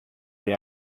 they